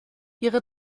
ihre